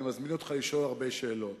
אני מזמין אותך לשאול הרבה שאלות.